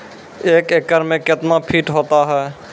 एक एकड मे कितना फीट होता हैं?